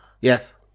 Yes